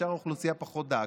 לשאר האוכלוסייה פחות דאגתם.